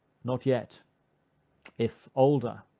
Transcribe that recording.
not yet if older,